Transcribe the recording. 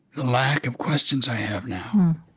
lack of questions i have now.